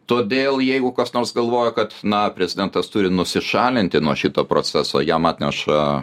todėl jeigu kas nors galvoja kad na prezidentas turi nusišalinti nuo šito proceso jam atneša